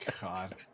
God